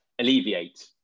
alleviate